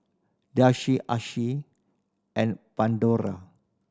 Delsey Asahi and Pandora